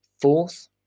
fourth